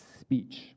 speech